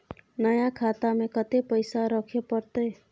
नया खाता में कत्ते पैसा रखे परतै?